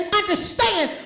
understand